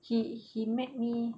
he he met me